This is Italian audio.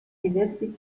diversi